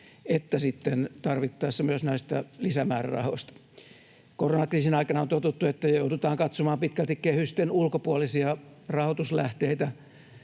sitten tarvittaessa myös näistä lisämäärärahoista. Koronakriisin aikana on totuttu, että joudutaan katsomaan pitkälti kehysten ulkopuolisia rahoituslähteitä,